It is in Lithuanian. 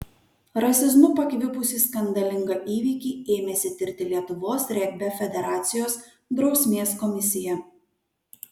rasizmu pakvipusį skandalingą įvykį ėmėsi tirti lietuvos regbio federacijos drausmės komisija